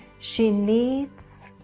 she needs